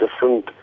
different